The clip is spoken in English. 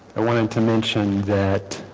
i wanted to mention that